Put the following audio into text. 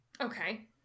Okay